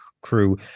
crew